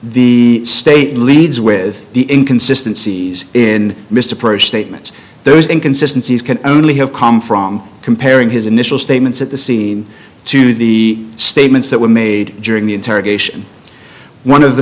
the state leads with the inconsistency in missed approach statements those inconsistency is can only have come from comparing his initial statements at the scene to the statements that were made during the interrogation one of the